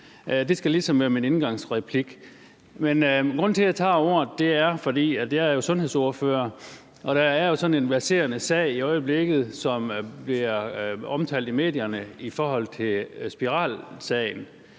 Det skal ligesom være min indgangsreplik. Men grunden til, at jeg tager ordet, er, at jeg er sundhedsordfører. Der er jo en verserende sag i øjeblikket, som i medierne bliver omtalt som spiralsagen,